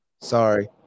Sorry